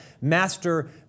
Master